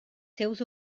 seus